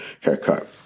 haircut